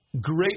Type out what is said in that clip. great